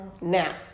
now